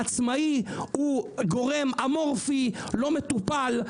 העצמאי הוא גורם אמורפי, לא מטופל.